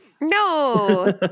No